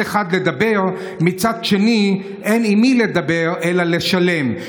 אחד לדבר ומצד שני אין עם מי לדבר אלא לשלם.